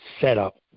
setup